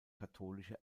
katholische